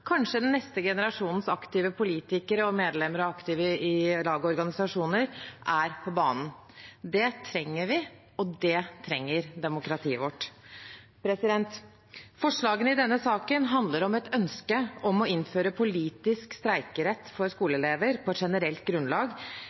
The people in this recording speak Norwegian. kanskje den neste generasjonens aktive politikere og medlemmer og aktive i lag og organisasjoner, er på banen. Det trenger vi, og det trenger demokratiet vårt. Forslagene i denne saken handler om et ønske om å innføre politisk streikerett for skoleelever på generelt grunnlag,